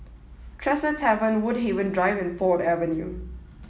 Tresor Tavern Woodhaven Drive and Ford Avenue